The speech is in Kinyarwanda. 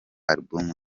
album